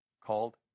called